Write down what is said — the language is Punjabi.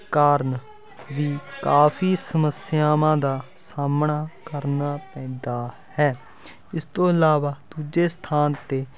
ਕਾਰਨ ਵੀ ਕਾਫੀ ਸਮੱਸਿਆਵਾਂ ਦਾ ਸਾਹਮਣਾ ਕਰਨਾ ਪੈਂਦਾ ਹੈ ਇਸ ਤੋਂ ਇਲਾਵਾ ਦੂਜੇ ਸਥਾਨ 'ਤੇ